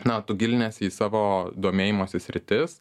na tu giliniesi į savo domėjimosi sritis